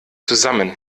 zusammen